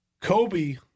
Kobe